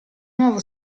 nuovo